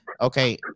okay